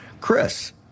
Chris